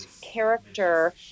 character